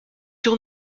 sur